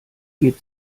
geht